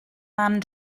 man